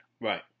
Right